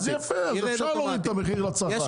אז אפשר להוריד את המחיר לצרכן.